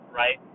right